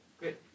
Good